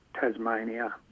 Tasmania